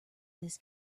this